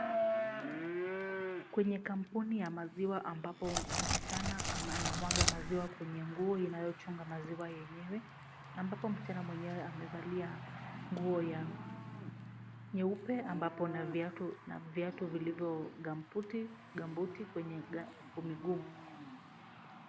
Kwenye kampuni ya maziwa ambapo msichana anamwaga maziwa kwenye nguo inayochunga maziwa yenyewe ambapo msichana mwenyewe amevalia nguo ya nyeupe anbapo na viatu, viatu vilivyo ni gambuti, gambuti kwenye mguu.